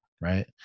right